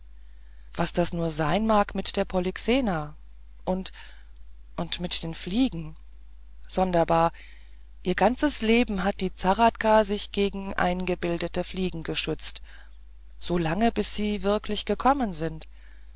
was das nur sein mag mit der polyxena und und mit den fliegen sonderbar ihr ganzes leben hat die zahradka sich gegen eingebildete fliegen geschützt so lang bis sie wirklich gekommen sind